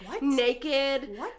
naked